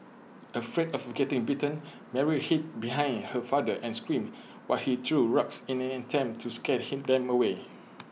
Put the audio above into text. afraid of getting bitten Mary hid behind her father and screamed while he threw rocks in an attempt to scare him them away